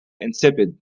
insipid